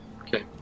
Okay